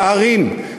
שערים.